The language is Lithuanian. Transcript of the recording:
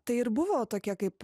tai ir buvo tokie kaip